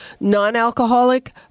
non-alcoholic